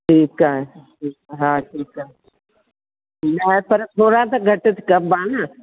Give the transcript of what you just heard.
ठीकु आहे हा ठीकु आहे न पर थोरा त घटि कबा न